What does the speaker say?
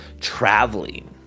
traveling